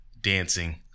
dancing